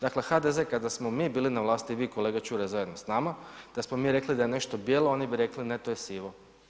Dakle, HDZ kada smo mi bili na vlasti i kolega Čuraj, zajedno s nama, da smo mi rekli da je nešto bijelo, oni bi rekli, ne to je sivo.